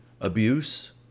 abuse